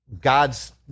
God's